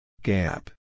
Gap